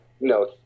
No